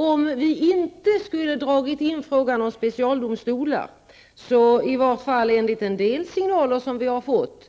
Om vi inte skulle ha dragit in frågan om specialdomstolarna, skulle det i varje fall enligt en del signaler som vi har fått